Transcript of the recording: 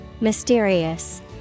Mysterious